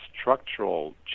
structural